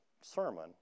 sermon